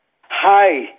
Hi